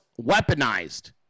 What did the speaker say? weaponized